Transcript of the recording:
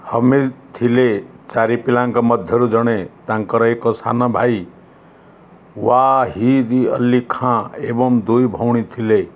ହମିଦ୍ ଥିଲେ ଚାରି ପିଲାଙ୍କ ମଧ୍ୟରୁ ଜଣେ ତାଙ୍କର ଏକ ସାନ ଭାଇ ୱା ହିଦ୍ ଅଲ୍ଲୀ ଖାଁ ଏବଂ ଦୁଇ ଭଉଣୀ ଥିଲେ